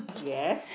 yes